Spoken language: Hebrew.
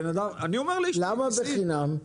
למה בחינם?